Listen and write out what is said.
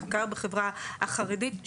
בעיקר בחברה החרדית,